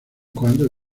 cuando